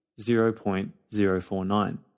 0.049